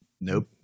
Nope